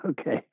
okay